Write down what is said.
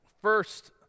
first